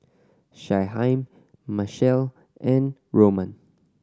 Shyheim Machelle and Roman